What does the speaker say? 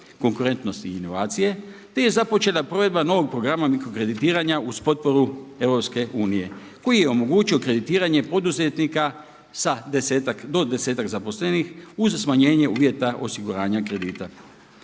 konkurentnosti i inovacije te je započela provedba novog programa mikrokreditiranja uz potporu EU koji je omogućio kreditiranje poduzetnika sa desetak, do desetak zaposlenih uz smanjenje uvjeta osiguranja kredita.